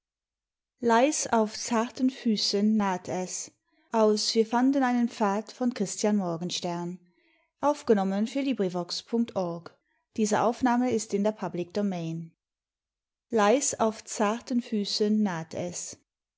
leis auf zarten füßen naht es leis auf zarten füßen naht es